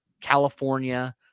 California